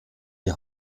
die